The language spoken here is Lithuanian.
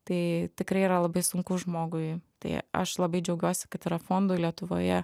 tai tikrai yra labai sunku žmogui tai aš labai džiaugiuosi kad yra fondų lietuvoje